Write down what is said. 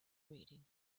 reading